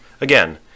Again